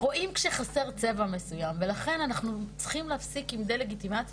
רואים שחסר צבע מסוים ולכן אנחנו צריכים להפסיק עם דה לגיטימציה